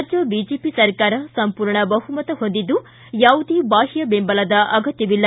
ರಾಜ್ಯ ಬಿಜೆಪಿ ಸರ್ಕಾರ ಸಂಪೂರ್ಣ ಬಹುಮತ ಹೊಂದಿದ್ದು ಯಾವುದೇ ಬಾಹ್ಯ ಬೆಂಬಲದ ಅಗತ್ಯವಿಲ್ಲ